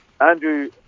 Andrew